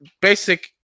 basic